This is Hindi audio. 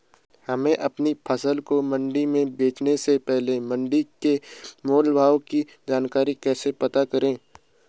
हमें अपनी फसल को मंडी में बेचने से पहले मंडी के मोल भाव की जानकारी कैसे पता करें?